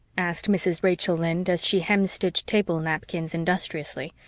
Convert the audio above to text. asked mrs. rachel lynde, as she hemstitched table napkins industriously.